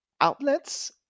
outlets